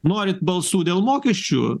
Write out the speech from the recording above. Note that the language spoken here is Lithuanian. norit balsų dėl mokesčių